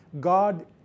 God